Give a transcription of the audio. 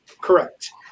correct